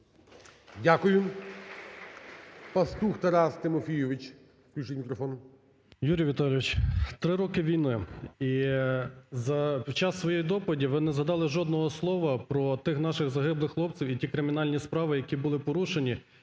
ПАСТУХ Т.Т. Юрій Віталійович, три роки війни, і під час своєї доповіді ви не згадали жодного слова про тих наших загиблих хлопців і ті кримінальні справи, які були порушені,